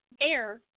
air